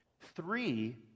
Three